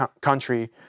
country